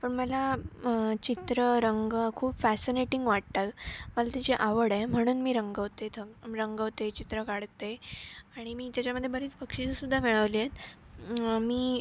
पण मला चित्र रंग खूप फॅसनेटिंग वाटतात मला त्याची आवड आहे म्हणून मी रंगवते थं रंगवते चित्र काढते आणि मी त्याच्यामध्ये बरीच बक्षिसंसुद्धा मिळवली आहेत मी